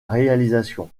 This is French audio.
réalisation